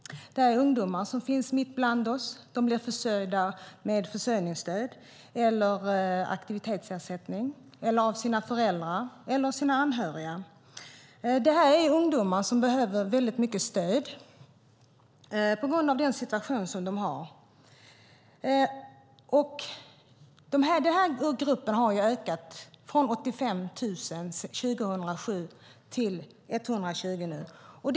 Det är ungdomar som finns mitt ibland oss. De blir försörjda med försörjningsstöd eller aktivitetsersättning eller av sina föräldrar eller anhöriga. Det är ungdomar som behöver väldigt mycket stöd på grund av den situation som de har. Den här gruppen har sedan år 2007 ökat från 85 000 till 120 000.